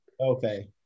Okay